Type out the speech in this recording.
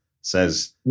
says